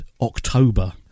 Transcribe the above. October